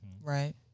right